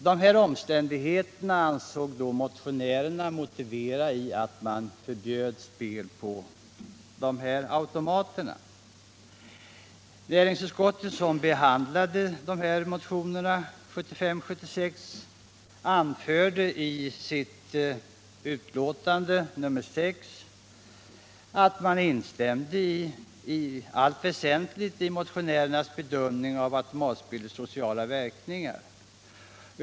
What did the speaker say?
Dessa omständigheter ansåg motionärerna motivera att man förbjöd spel på de här automaterna. Näringsutskottet, som behandlade motionerna i sitt betänkande 1975/76:6, instämde i allt väsentligt i motionärernas bedömning av automatspelets sociala verkningar.